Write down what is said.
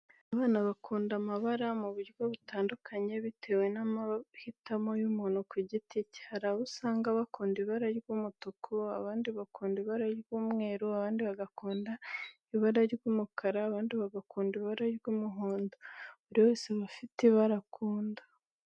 Abantu bakunda amabara mu buryo butandukanye bitewe n'amahitamo y'umuntu ku giti cye. Hari abo usanga bakunda ibara ry'umutuku, abandi bakunda ibara ry'umweru, abandi bagakunda ibara ry'umukara, abandi bagakunda ibara ry'umuhondo buri wese aba afite ibara akunda.